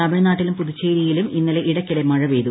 തമിഴ്നാട്ടിലും പുതുച്ചേരിയിലും ഇന്നലെ ഇടയ്ക്കിടെ മഴ പെയ്തു